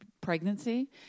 pregnancy